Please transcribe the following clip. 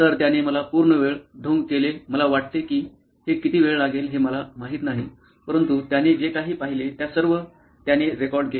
तर त्याने मला पूर्ण वेळ ढोंग केले मला वाटते की हे किती वेळ लागेल हे मला माहित नाही परंतु त्याने जे काही पाहिले त्या सर्व त्याने रेकॉर्ड केले